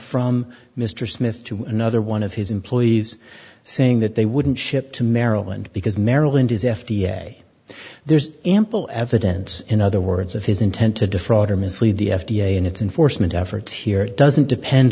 from mr smith to another one of his employees saying that they wouldn't ship to maryland because maryland is f d a there's ample evidence in other words of his intent to defraud or mislead the f d a and it's unfortunate efforts here it doesn't depend